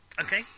Okay